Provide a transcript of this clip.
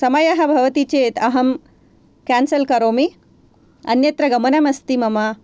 समयः भवति चेत् अहं केन्सल् करोमि अन्यत्र गमनमस्ति मम